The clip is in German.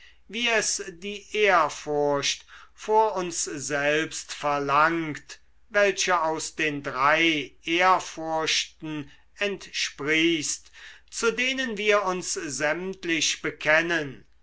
wie es die ehrfurcht vor uns selbst verlangt welche aus den drei ehrfurchten entsprießt zu denen wir uns sämtlich bekennen